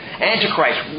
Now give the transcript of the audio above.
Antichrist